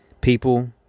People